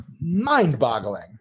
mind-boggling